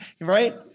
right